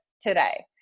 today